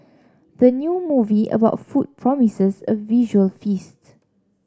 the new movie about food promises a visual feasts